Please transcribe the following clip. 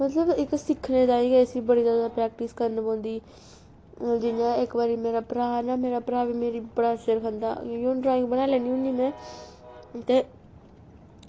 ते इसी सिक्खने ताईं गै प्रैक्टिस करना पौंदी जि'यां इक बारी मेरा भ्राऽ ना सिर खंदा ते में ड्राईंग बनाई लैन्नी होन्नी ते